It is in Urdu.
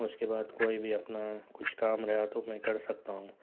اُس کے بعد کوئی بھی اپنا کچھ کام رہا تو میں کر سکتا ہوں